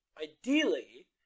ideally